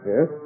Yes